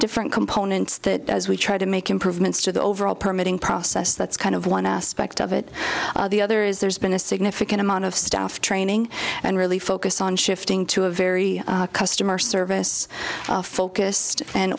different components that as we try to make improvements to the overall permitting process that's kind of one aspect of it the other is there's been a significant amount of staff training and really focus on shifting to a very customer service focus